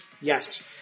Yes